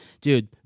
dude